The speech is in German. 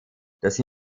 das